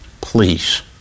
please